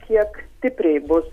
kiek stipriai bus